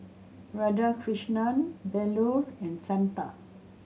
Radhakrishnan Bellur and Santha